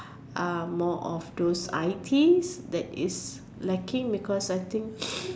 are more of those I_Ts that is lacking because I think